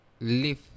live